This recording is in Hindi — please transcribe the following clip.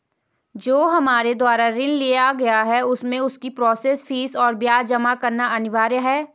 जो हमारे द्वारा ऋण लिया गया है उसमें उसकी प्रोसेस फीस और ब्याज जमा करना अनिवार्य है?